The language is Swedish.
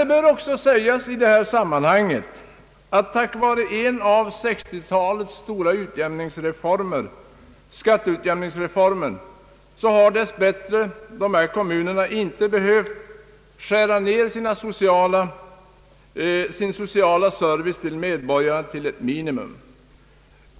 Det bör dock också sägas i det här sammanhanget att tack vare en av 1960-talets stora utjämningsreformer — skatteutjämningsreformen — har dess bättre dessa kommuner inte behövt skära ner sin kommunala service till medborgarna till ett minimum.